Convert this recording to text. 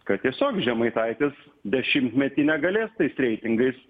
kad tiesiog žemaitaitis dešimtmetį negalės tais reitingais